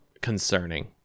concerning